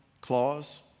clause